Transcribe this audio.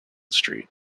street